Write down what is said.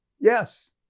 Yes